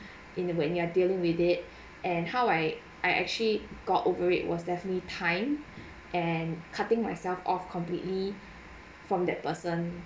in the way I dealing with it and how I I actually got over it was definitely time and cutting myself off completely from that person